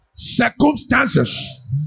Circumstances